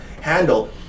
handle